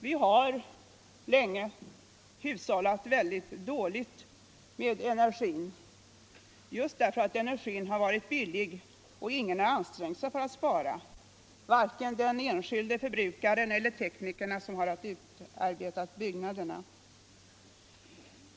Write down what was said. Vi har länge hushållat mycket dåligt med energin just därför att energin har varit billig och ingen har ansträngt sig för att spara, varken den enskilde förbrukaren eller teknikerna som har utformat byggnaderna.